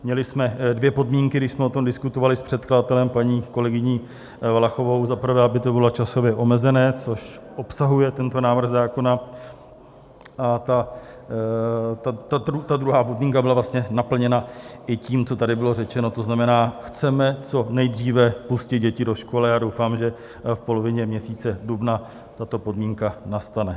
Měli jsme dvě podmínky, když jsme o tom diskutovali s předkladatelem, paní kolegyní Valachovou: za prvé aby to bylo časově omezené, což obsahuje tento návrh zákona, a ta druhá podmínka byla vlastně naplněna i tím, co tady bylo řečeno, to znamená, chceme co nejdříve pustit děti do školy a doufám, že v polovině měsíce dubna tato podmínka nastane.